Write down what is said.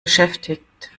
beschäftigt